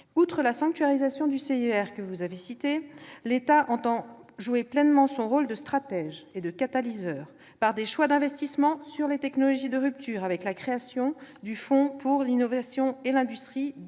recherche, le CIR, que vous avez citée, l'État entend jouer pleinement son rôle de stratège et de catalyseur, par des choix d'investissements sur les technologies de rupture avec la création du fonds pour l'innovation et l'industrie, doté